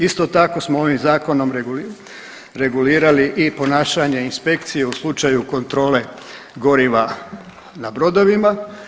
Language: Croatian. Isto tako smo ovim zakonom regulirali i ponašanje inspekcije u slučaju kontrole goriva na brodovima.